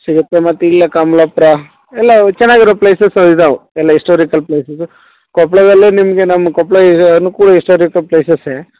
ಸಿಗತ್ತೆ ಮತ್ತು ಇಲ್ಲೇ ಕಮ್ಲಾಪುರ ಎಲ್ಲ ಚೆನ್ನಾಗಿರೋ ಪ್ಲೇಸಸ್ ಇದಾವು ಎಲ್ಲ ಹಿಸ್ಟೋರಿಕಲ್ ಪ್ಲೇಸಿದು ಕೊಪ್ಪಳದಲ್ಲಿ ನಿಮಗೆ ನಮ್ಮ ಕೊಪ್ಪಳ ಇದು ಅನುಕೂಲ ಹಿಸ್ಟಾರಿಕಲ್ ಪ್ಲೇಸಸ್ಸೆ